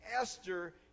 Esther